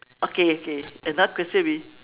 okay okay another question will be